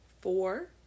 four